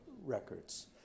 records